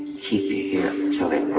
here until they